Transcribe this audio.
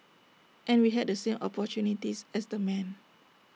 and we had the same opportunities as the men